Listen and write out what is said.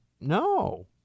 no